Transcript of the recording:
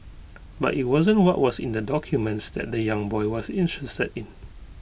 but IT wasn't what was in the documents that the young boy was interested in